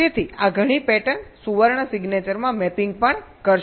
તેથી આ ઘણી પેટર્ન સુવર્ણ સિગ્નેચરમાં મેપિંગ પણ કરશે